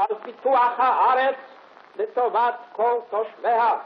על פיתוח הארץ לטובת כל תושביה.